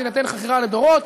תינתן חכירה לדורות,